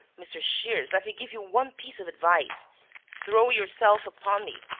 mr. shears, let me give you one piece of advice throw yourself upon me,